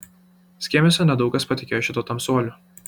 skėmiuose nedaug kas patikėjo šituo tamsuoliu